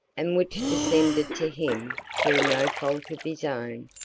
and which descended to him, through no fault of his own,